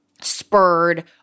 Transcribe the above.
spurred